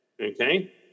Okay